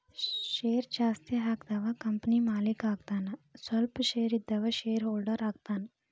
share ಜಾಸ್ತಿ ಹಾಕಿದವ company ಮಾಲೇಕ ಆಗತಾನ ಸ್ವಲ್ಪ ಶೇರ್ ಇದ್ದವ ಶೇರ್ ಹೋಲ್ಡರ್ ಆಗತಾನ